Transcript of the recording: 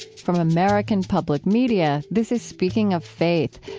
from american public media, this is speaking of faith,